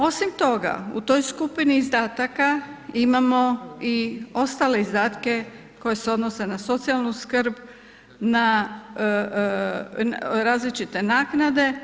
Osim toga u toj skupini izdataka imamo i ostale izdatke koje se odnose na socijalnu skrb, na različite naknade.